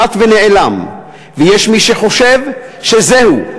כמעט שנעלם, ויש מי שחושב שזהו,